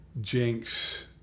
jinx